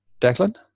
Declan